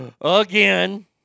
again